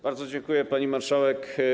Bardzo dziękuję, pani marszałek.